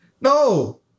no